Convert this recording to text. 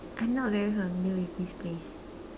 I'm not very familiar with this place